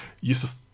Yusuf